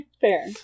Fair